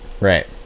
right